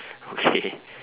okay